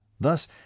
Thus